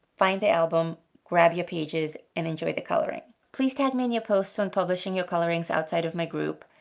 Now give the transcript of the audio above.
find the album, grab your pages, and enjoy the coloring. please tag me in your posts when publishing your colorings outside of my group.